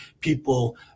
people